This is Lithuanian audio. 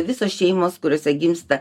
visos šeimos kuriose gimsta